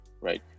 right